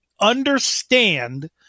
understand